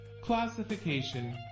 Classification